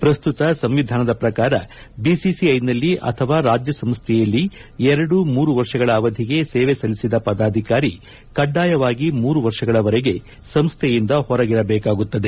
ಪ್ರಸ್ತುತ ಸಂವಿಧಾನದ ಪ್ರಕಾರ ಬಿಸಿಸಿಐನಲ್ಲಿ ಅಥವಾ ರಾಜ್ಯ ಸಂಸ್ಥೆಯಲ್ಲಿ ಎರಡು ಮೂರು ವರ್ಷಗಳ ಅವಧಿಗೆ ಸೇವೆ ಸಲ್ಲಿಸಿದ ಪದಾಧಿಕಾರಿ ಕಡ್ಡಾಯವಾಗಿ ಮೂರು ವರ್ಷಗಳವರೆಗೆ ಸಂಸ್ಥೆಯಿಂದ ಹೊರಗಿರಬೇಕಾಗುತ್ತದೆ